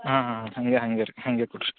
ಹಾಂ ಹಾಂ ಹಾಗೆ ಹಾಗೆ ರೀ ಹಾಗೆ ಕೊಡಿರಿ